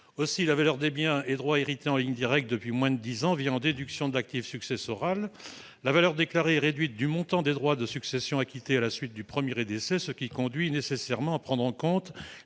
Ainsi, la valeur des biens et droits hérités en ligne directe depuis moins de dix ans viendrait en déduction de l'actif successoral. La valeur déclarée serait réduite du montant des droits de succession acquittés à la suite du premier décès, ce qui conduirait nécessairement à prendre en compte